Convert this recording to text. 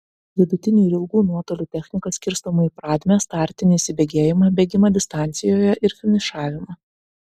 vidutinių ir ilgų nuotolių technika skirstoma į pradmę startinį įsibėgėjimą bėgimą distancijoje ir finišavimą